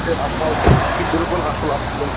اَتھ چھِ اَتھ حظ چھِ بِِلکُل اَصٕل